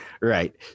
Right